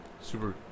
Super